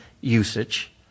usage